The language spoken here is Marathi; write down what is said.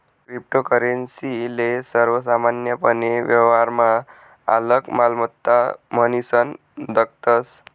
क्रिप्टोकरेंसी ले सर्वसामान्यपने व्यवहारमा आलक मालमत्ता म्हनीसन दखतस